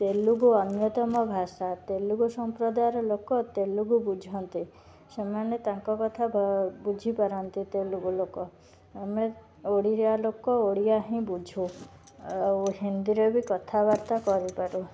ତେଲୁଗୁ ଅନ୍ୟତମ ଭାଷା ତେଲୁଗୁ ସମ୍ପ୍ରଦାୟର ଲୋକ ତେଲୁଗୁ ବୁଝନ୍ତି ସେମାନେ ତାଙ୍କ କଥା ବୁଝିପାରନ୍ତି ତେଲୁଗୁ ଲୋକ ଆମେ ଓଡ଼ିଆ ଲୋକ ଓଡ଼ିଆ ହିଁ ବୁଝୁ ଆଉ ହିନ୍ଦୀରେ ବି କଥାବାର୍ତ୍ତା କରିପାରୁ